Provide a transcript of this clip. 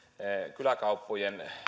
kyläkauppojen